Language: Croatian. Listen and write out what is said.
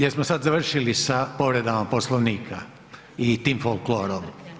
Jel smo sada završili sa povredama Poslovnika i tim folklorom?